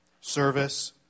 service